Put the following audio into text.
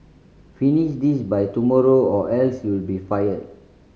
finish this by tomorrow or else you'll be fired